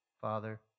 Father